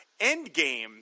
Endgame